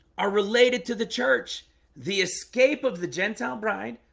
are related to the church the escape of the gentile bride,